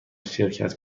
شرکت